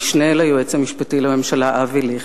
המשנה ליועץ המשפטי לממשלה אבי ליכט,